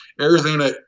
Arizona